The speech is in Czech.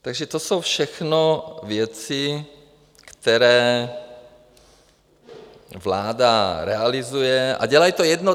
Takže to jsou všechno věci, které vláda realizuje, a dělají to jednotně.